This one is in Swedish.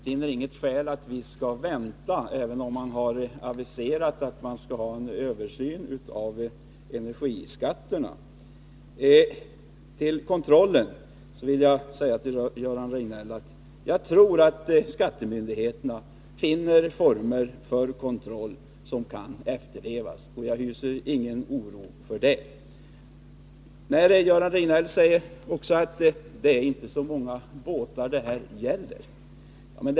Fru talman! Jag finner inget skäl att vänta, även om man har aviserat att man skall ha en översyn av energiskatterna. Beträffande kontrollen vill jag till Göran Riegnell säga att jag tror att skattemyndigheterna finner former för kontroll som kan efterlevas. Jag hyser ingen oro på den punkten. Göran Riegnell säger vidare att det inte är så många båtar som det här gäller.